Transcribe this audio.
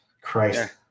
Christ